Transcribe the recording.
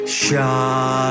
shine